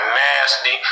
nasty